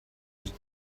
was